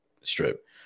strip